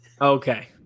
Okay